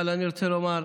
אבל אני רוצה לומר: